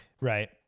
Right